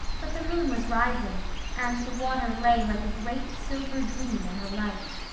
but the moon was rising and the water lay like a great, silver dream in her light.